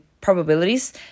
probabilities